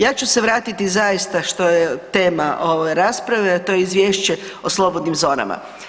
Ja ću se vratiti zaista što je tema ovaj rasprave, a to je Izvješće o slobodnim zonama.